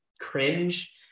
cringe